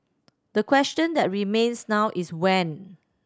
the question that remains now is when